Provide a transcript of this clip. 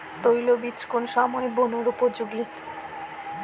তৈলবীজ কোন সময়ে বোনার উপযোগী?